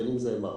בין אם זה MRI